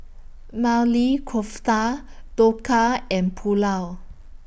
Maili Kofta Dhokla and Pulao